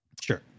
Sure